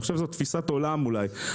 אני חושב שזו תפיסת עולם אולי,